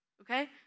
okay